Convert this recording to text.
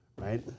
right